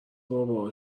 بابا